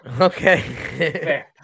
Okay